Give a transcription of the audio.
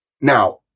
Now